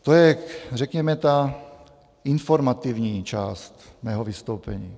To je, řekněme, ta informativní část mého vystoupení.